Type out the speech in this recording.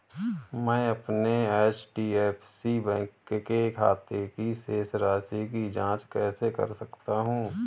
मैं अपने HDFC bank के खाते की शेष राशि की जाँच कैसे कर सकता हूँ?